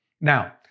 Now